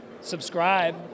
subscribe